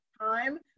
time